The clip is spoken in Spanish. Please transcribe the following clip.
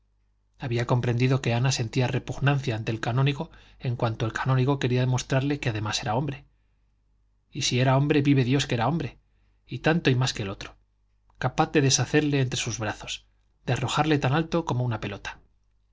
había comprendido que ana sentía repugnancia ante el canónigo en cuanto el canónigo quería demostrarle que además era hombre y sí era hombre vive dios que era hombre y tanto y más que el otro capaz de deshacerle entre sus brazos de arrojarle tan alto como una pelota